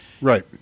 right